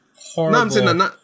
horrible